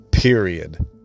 Period